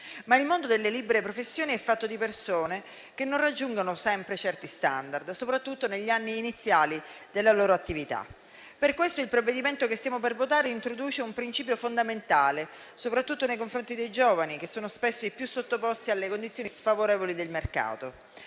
ma il mondo delle libere professioni è fatto di persone che non raggiungono sempre certi *standard*, soprattutto negli anni iniziali della loro attività. Per questo il provvedimento che stiamo per votare introduce un principio fondamentale, soprattutto nei confronti dei giovani, che sono spesso i più sottoposti alle condizioni sfavorevoli del mercato.